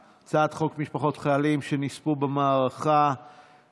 ההצעה להעביר את הצעת חוק משפחות חיילים שנספו במערכה (תגמולים ושיקום)